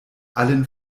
allen